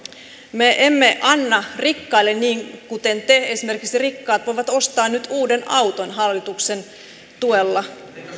me emme anna rikkaille niin kuin te esimerkiksi rikkaat voivat ostaa nyt uuden auton hallituksen tuella